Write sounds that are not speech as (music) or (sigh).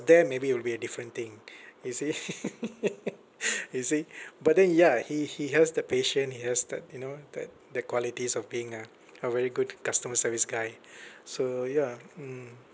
there maybe it'll be a different thing you see (laughs) you see but then ya he he has the patience he has that you know that the qualities of being a a very good customer service guy so ya mm